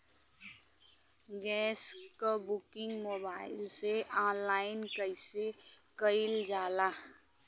Gas क booking mobile से online कईसे कईल जाला?